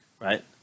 right